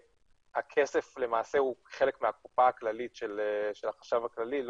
הכסף למעשה הוא חלק מהקופה הכללית של החשב הכללי.